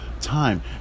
time